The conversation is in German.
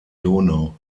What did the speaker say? donau